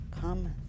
come